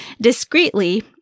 Discreetly